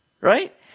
right